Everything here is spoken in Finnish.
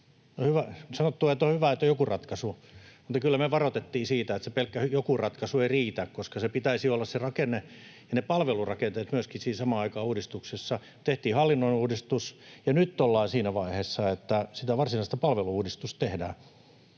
On sanottu, että on hyvä, että on joku ratkaisu, mutta kyllä me varoitettiin siitä, että se pelkkä joku ratkaisu ei riitä, koska siinä uudistuksessa pitäisi olla samaan aikaan myöskin rakenne, ne palvelurakenteet. Tehtiin hallinnonuudistus, ja nyt ollaan siinä vaiheessa, että sitä varsinaista palvelu-uudistusta tehdään.